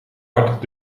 hard